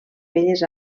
belles